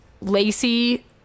Lacey